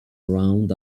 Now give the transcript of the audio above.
around